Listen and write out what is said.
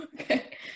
Okay